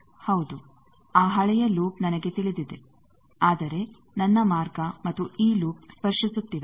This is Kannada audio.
ಹೌದು ಆ ಹಳೆಯ ಲೂಪ್ ನನಗೆ ತಿಳಿದಿದೆ ಆದರೆ ನನ್ನ ಮಾರ್ಗ ಮತ್ತು ಈ ಲೂಪ್ ಸ್ಪರ್ಶಿಸುತ್ತಿವೆ